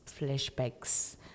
flashbacks